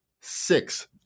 six